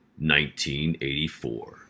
1984